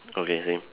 okay same